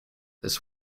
this